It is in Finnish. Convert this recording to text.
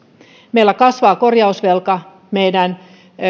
meillä kasvaa korjausvelka meidän